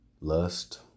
lust